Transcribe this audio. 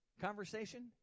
conversation